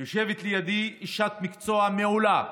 יושבת לידי אשת מקצוע מעולה.